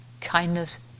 kindness